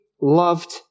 loved